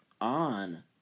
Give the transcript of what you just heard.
on